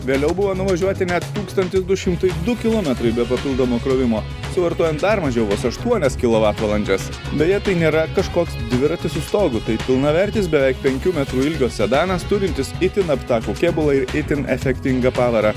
vėliau buvo nuvažiuoti net tūkstantis du šimtai du kilometrai be papildomo krovimo suvartojant dar mažiau vos aštuonias kilovatvalandes beje tai nėra kažkoks dviratis su stogu tai pilnavertis beveik penkių metrų ilgio sedanas turintis itin aptakų kėbulą ir itin efektingą pavarą